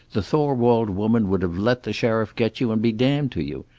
the thorwald woman would have let the sheriff get you, and be damned to you.